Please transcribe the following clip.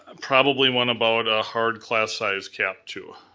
ah probably one about a hard, class-sized cap too.